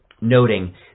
noting